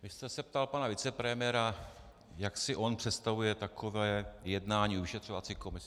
Vy jste se ptal pana vicepremiéra, jak si on představuje takové jednání vyšetřovací komise.